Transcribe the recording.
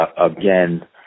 again